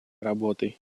работой